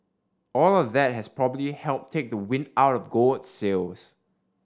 all of that has probably helped take the wind out of gold's sails